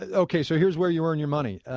ah ok, so here's where you earn your money.